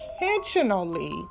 intentionally